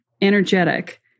energetic